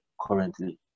currently